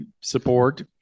support